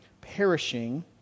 perishing